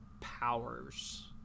powers